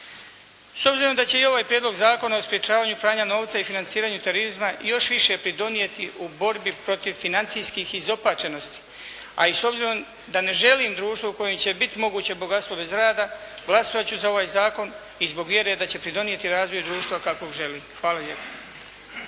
S obzirom da će i ovaj Prijedlog zakona o sprečavanju pranja novca i financiranju terorizma još više pridonijeti u borbi protiv financijskih izopačenosti a i s obzirom da ne želim društvu u kojem će biti moguće bogatstvo bez rada glasovat ću za ovaj zakon i zbog vjere da će pridonijeti razvoju društva kakvog želimo. Hvala lijepa.